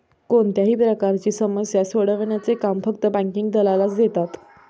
कोणत्याही प्रकारची समस्या सोडवण्याचे काम फक्त बँकिंग दलालाला देतात